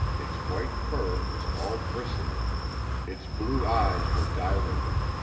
its white fur was all bristling its blue eyes were dilated